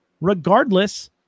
regardless